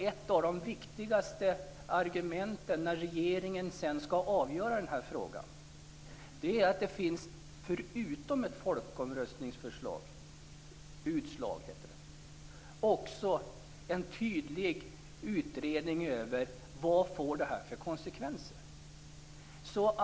Ett av de viktigaste argumenten när regeringen skall avgöra frågan är att det förutom ett folkomröstningsutslag finns en tydlig utredning av vad detta får för konsekvenser.